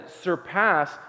surpass